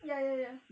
ya ya ya